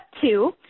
two